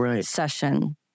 session